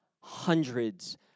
hundreds